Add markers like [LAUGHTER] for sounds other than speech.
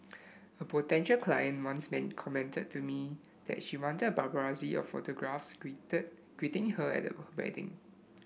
a potential client once [UNINTELLIGIBLE] commented to me that she wanted a paparazzi of photographers [UNINTELLIGIBLE] greeting her at her wedding